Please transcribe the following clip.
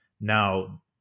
Now